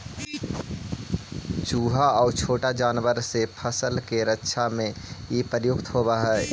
चुहा आउ अन्य छोटा जानवर से फसल के रक्षा में इ प्रयुक्त होवऽ हई